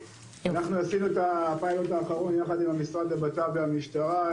עשינו אתה פיילוט האחרון ביחד עם המשרד לביטחון הפנים והמשטרה,